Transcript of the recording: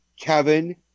Kevin